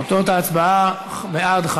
תוצאות ההצבעה: בעד,